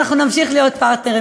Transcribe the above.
ואנחנו נמשיך להיות פרטנרים,